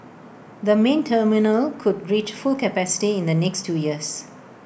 the main terminal could reach full capacity in the next two years